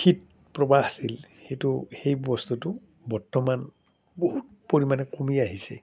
শীত প্ৰবাহ আছিল সেইটো সেই বস্তুটো বৰ্তমান বহুত পৰিমাণে কমি আহিছে